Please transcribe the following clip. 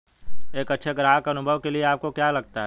एक अच्छे ग्राहक अनुभव के लिए आपको क्या लगता है?